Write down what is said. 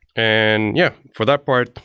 and yeah, for that part,